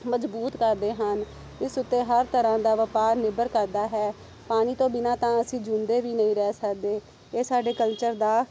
ਮਜਬੂਤ ਕਰਦੇ ਹਨ ਇਸ ਉੱਤੇ ਹਰ ਤਰ੍ਹਾਂ ਦਾ ਵਪਾਰ ਨਿਰਭਰ ਕਰਦਾ ਹੈ ਪਾਣੀ ਤੋਂ ਬਿਨਾਂ ਤਾਂ ਅਸੀਂ ਜਿਉਂਦੇ ਵੀ ਨਹੀਂ ਰਹਿ ਸਕਦੇ ਇਹ ਸਾਡੇ ਕਲਚਰ ਦਾ